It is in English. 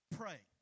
pray